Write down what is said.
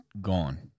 gone